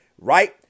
right